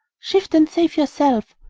shift and save yourself!